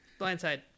blindside